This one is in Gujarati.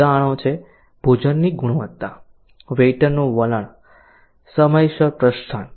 ઉદાહરણો છે ભોજનની ગુણવત્તા વેઈટરનું વલણ સમયસર પ્રસ્થાન